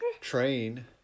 Train